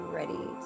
ready